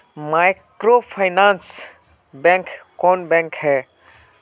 Microfinance bank कौन bank है?